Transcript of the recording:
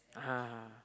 (uh huh)